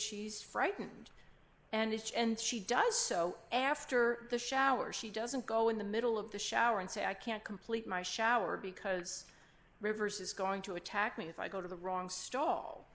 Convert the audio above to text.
she's frightened and it's and she does so after the shower she doesn't go in the middle of the shower and say i can't complete my shower because rivers is going to attack me if i go to the wrong